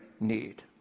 need